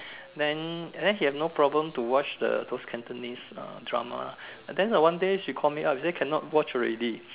then and then she had no problem to watch the those Cantonese drama and then one day she called me up she said cannot watch already